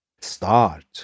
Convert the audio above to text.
start